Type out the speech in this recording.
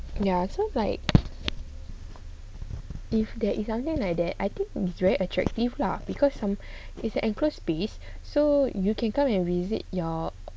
ya so like if there is something like that I think it's very attractive lah because some is an enclosed space so you can come and visit your